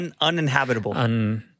uninhabitable